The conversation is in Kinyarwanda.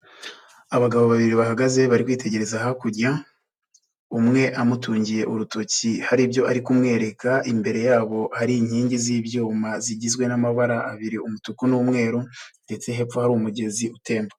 Abagabo babiri bahagaze bari kwitegereza hakurya, umwe amutungiye urutoki haribyo ari kumwereka, imbere yabo ari inkingi z'ibyuma, zigizwe n'amabara abiri umutuku n'umweru ndetse hepfo hari umugezi utemba.